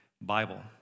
Bible